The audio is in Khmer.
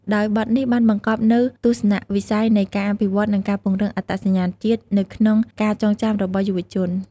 ដោយបទនេះបានបង្កប់នូវទស្សនវិស័យនៃការអភិវឌ្ឍ និងការពង្រឹងអត្តសញ្ញាណជាតិនៅក្នុងការចងចាំរបស់យុវជន។